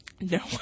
No